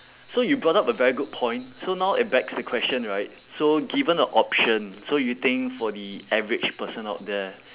so you brought up a very good point so now it begs the question right so given a option so you think for the average person out there